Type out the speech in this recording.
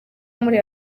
muri